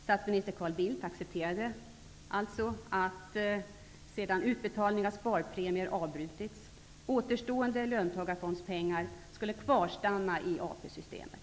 Statsminister Carl Bildt accepterade alltså att, sedan utdelningen av sparpremier avbrutits, återstående löntagarfondspengar skulle kvarstanna i AP-systemet.